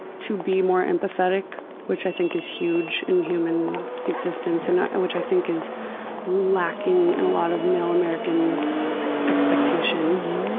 to be more empathetic, which i think is huge in human existence, and which i think is lacking in a lot of male american expectations.